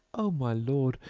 o my lord,